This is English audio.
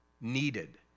needed